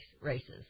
races